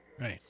Right